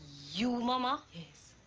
you, momma? yes.